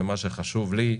ומה שחשוב לי,